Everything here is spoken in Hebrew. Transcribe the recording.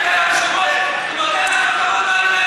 היושב-ראש נותן לכם כבוד.